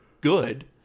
good